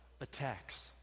attacks